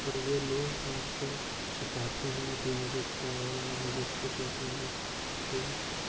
پر یہ لوگ آج کل چھپاتے ہیں کہ مجھے کیا ہو رہا ہے مجھے کچھ ایسا نہیں ٹھیک ہے